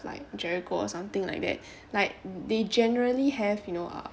like jericho or something like that like they generally have you know uh